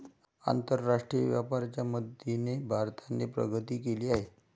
आंतरराष्ट्रीय व्यापाराच्या मदतीने भारताने प्रगती केली आहे